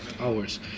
hours